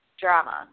Drama